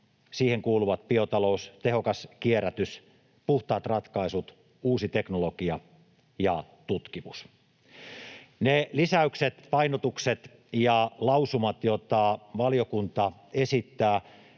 siihen kuuluvat biotalous, tehokas kierrätys, puhtaat ratkaisut, uusi teknologia ja tutkimus. Ne lisäykset, painotukset ja lausumat, joita valiokunta esittää,